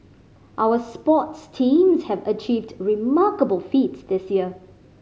our sports teams have achieved remarkable feats this year